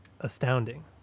astounding